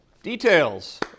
Details